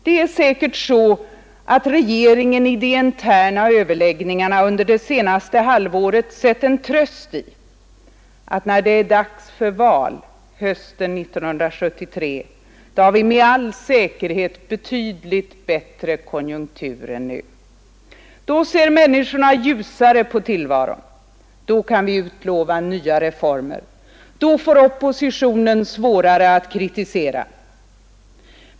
Det är säkert så att regeringen i de interna överläggningarna under det senaste halvåret har sett en tröst i, att när det är dags för val hösten 1973 har vi med all säkerhet betydligt bättre konjunkturer än nu. Då ser människorna ljusare på tillvaron, då kan vi utlova nya reformer, då får oppositionen svårare att kritisera.